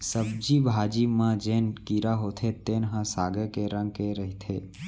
सब्जी भाजी के म जेन कीरा होथे तेन ह सागे के रंग के रहिथे